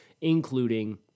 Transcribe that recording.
including